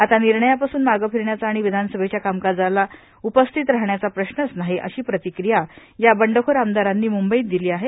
आता निर्णयापासून मागं फिरण्याचा आणि विधानसभेच्या कामकाजाला उपस्थित राहण्याचा प्रश्नच नाही अशी प्रतिक्रिया या बंडखोर आमदारांनी मुंबईत दिली आहे